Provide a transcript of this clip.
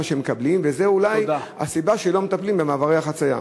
זו אולי הסיבה שלא מטפלים במעברי החציה.